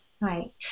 Right